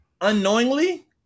unknowingly